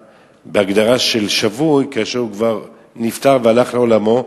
בהגדרה של שבוי כאשר הוא כבר נפטר והלך לעולמו,